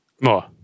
more